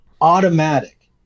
automatic